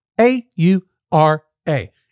A-U-R-A